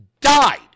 died